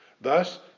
thus